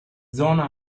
zona